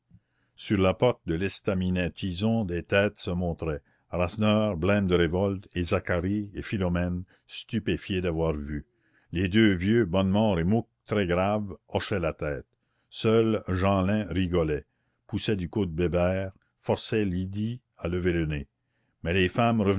sur la porte de l'estaminet tison des têtes se montraient rasseneur blême de révolte et zacharie et philomène stupéfiés d'avoir vu les deux vieux bonnemort et mouque très graves hochaient la tête seul jeanlin rigolait poussait du coude bébert forçait lydie à lever le nez mais les femmes